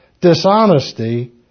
dishonesty